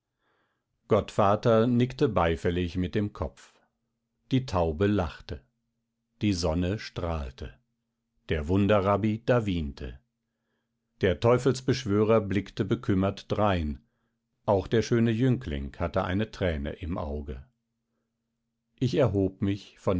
gottvater nickte beifällig mit dem kopf die taube lachte die sonne strahlte der wunderrabbi dawwinte der teufelsbeschwörer blickte bekümmert drein auch der schöne jüngling hatte eine träne im auge ich erhob mich